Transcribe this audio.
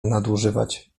nadużywać